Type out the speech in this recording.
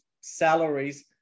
salaries